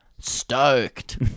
stoked